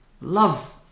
Love